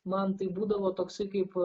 man tai būdavo toksai kaip